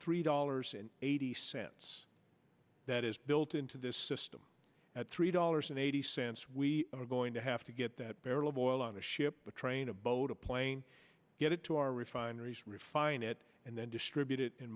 three dollars and eighty cents that is built into this system at three dollars and eighty cents we are going to have to get that barrel of oil on a ship a train a boat a plane get it to our refineries refine it and then distribute i